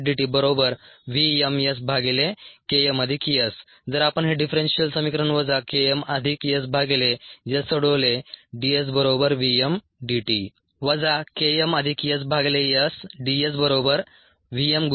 v dSdtvmSKmS जर आपण हे डिफ्रेंशियल समीकरण वजा K m अधिक s भागिले s सोडवले d s बरोबर v m d t